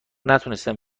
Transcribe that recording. نتونستم